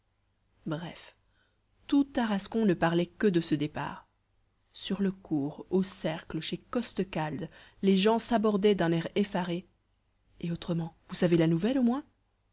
bref tout tarascon ne parlait que de ce départ sur le cours au cercle chez costecalde les gens s'abordaient d'un air effaré et autrement vous savez la nouvelle au moins